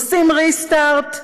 עושים restart?